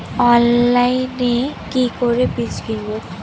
অনলাইনে কি করে বীজ কিনব?